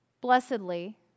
Blessedly